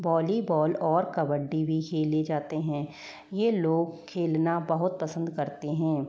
volleyball और कबड्डी भी खेले जाते हैं ये लोग खेलना बहुत पसंद करते हैं